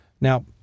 Now